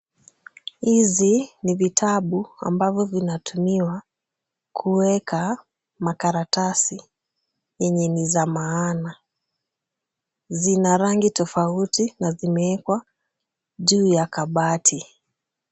Hizi ni vitabu ambavyo vinatumiwa kuweka makaratasi yenye ni za maana. Zina rangi tofauti na zimewekwa juu ya kabati.